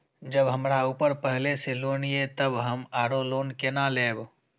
जब हमरा ऊपर पहले से लोन ये तब हम आरो लोन केना लैब?